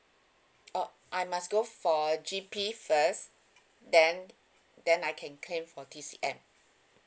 orh I must go for a G_P first then then I can claim for T_C_M